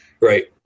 Right